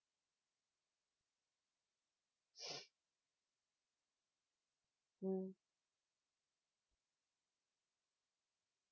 mm